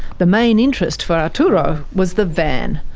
the main interest for arturo was the van.